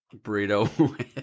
burrito